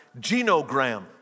genogram